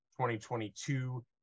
2022